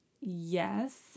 Yes